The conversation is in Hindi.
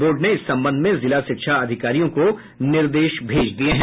बोर्ड ने इस संबंध में जिला शिक्षा अधिकारियों को निर्देश भेज दिये है